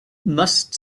must